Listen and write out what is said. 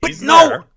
No